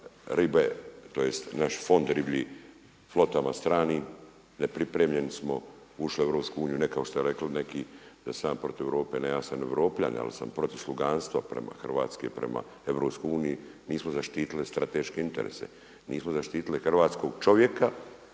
ribe tj. naš fond riblji flotama stranim, nepripremljeni smo ušli u EU ne kao što ste rekli neki da sam ja protiv Europe, ne ja sam Europljanin, ali sam protiv sluganstva Hrvatske prema EU. Nismo zaštitili strateške interese, nismo zaštitili hrvatskog čovjeka